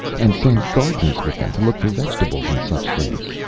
and send gardeners with them to look for vegetables and such things.